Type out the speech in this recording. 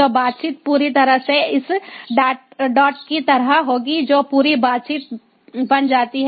तो बातचीत पूरी तरह से इस डॉट की तरह होगी जो पूरी बातचीत बन जाती है